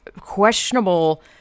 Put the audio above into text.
Questionable